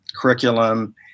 curriculum